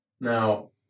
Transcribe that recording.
Now